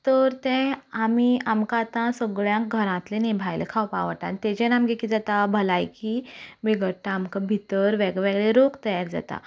तर तें आमी आमकां आतां सगळ्या घरांतलें न्हय भायलें खावपाक आवडटा आनी तातूंत आमगे कितें जाता भलायकी बिगडटा आमकां भितर वेग वेगळे रोग तयार जाता